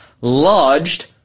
lodged